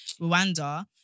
Rwanda